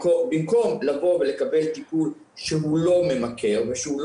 במקום לבוא ולקבל טיפול שהוא לא ממכר ולא